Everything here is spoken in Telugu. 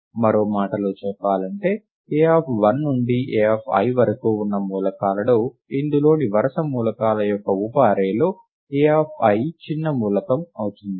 మరో మాటలో చెప్పాలంటే A1 నుండి Ai వరకు ఉన్న మూలకాలలో ఇందులోని వరుస మూలకాల యొక్క ఉప అర్రే లో Ai చిన్న మూలకం అవుతుంది